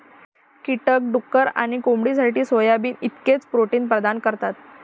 कीटक डुक्कर आणि कोंबडीसाठी सोयाबीन इतकेच प्रोटीन प्रदान करतात